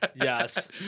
Yes